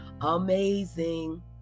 Amazing